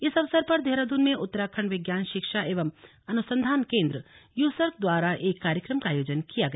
इस अवसर पर देहरादून में उत्तराखण्ड विज्ञान शिक्षा एवं अनुसंधान केन्द्र यूसर्क द्वारा एक कार्यक्रम का आयोजन किया गया